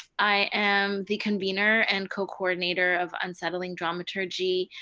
i am the convener and co-coordinator of unsettling dramaturgy.